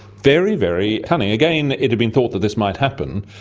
very, very cunning. again, it had been thought that this might happen.